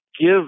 give